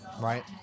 right